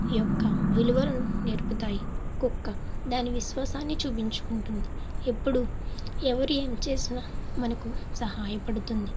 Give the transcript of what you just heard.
యొక్క విలువలును నేర్పుతాయి కుక్క దాని విశ్వాసాన్ని చూపించుకుంటుంది ఎప్పుడు ఎవరు ఏమి చేసిన మనకు సహాయపడుతుంది